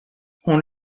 hon